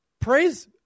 praise